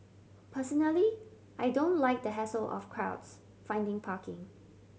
personally I don't like the hassle of crowds finding parking